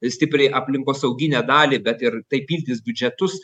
stipriai aplinkosauginę dalį bet ir tai pildys biudžetus